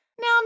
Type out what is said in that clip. Now